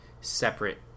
separate